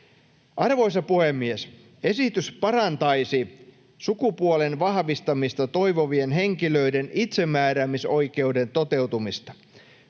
Arvoisa puhemies! Esitys parantaisi sukupuolen vahvistamista toivovien henkilöiden itsemääräämisoikeuden toteutumista,